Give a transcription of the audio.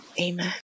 amen